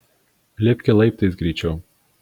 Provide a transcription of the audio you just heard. lipki laiptais greičiau